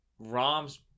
Roms